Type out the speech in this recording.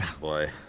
Boy